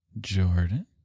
Jordan